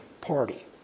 party